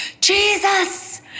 Jesus